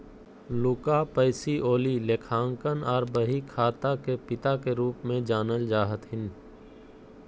Luca पैसीओली लेखांकन आर बहीखाता के पिता के रूप मे जानल जा हथिन